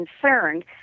concerned